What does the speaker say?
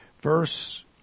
verse